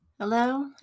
Hello